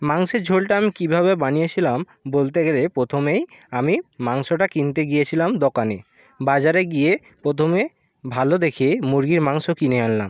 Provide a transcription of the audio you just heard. মাংসের ঝোলটা আমি কীভাবে বানিয়েছিলাম বলতে গেলে প্রথমেই আমি মাংসটা কিনতে গিয়েছিলাম দোকানে বাজারে গিয়ে প্রথমে ভালো দেখে মুরগির মাংস কিনে আনলাম